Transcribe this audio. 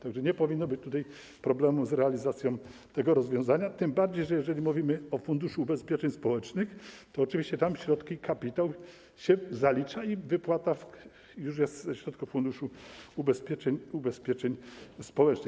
Tak że nie powinno być problemu z realizacją tego rozwiązania, tym bardziej że, jeżeli mówimy o Funduszu Ubezpieczeń Społecznych, to oczywiście tam środki, kapitał się zalicza i wypłata już jest ze środków Funduszu Ubezpieczeń Społecznych.